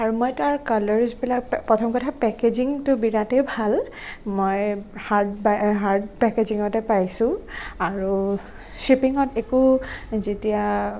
মই তাৰ কালাৰজবিলাক প্ৰথম কথা পেকেজিং বিৰাটেই ভাল মই হাৰ্ড পেকেজিঙতেই পাইছোঁ আৰু শ্বিপিঙত একো যেতিয়া